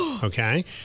Okay